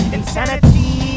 Insanity